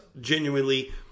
genuinely